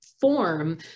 form